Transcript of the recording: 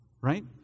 right